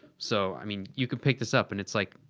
so, i mean, you could pick this up, and it's like.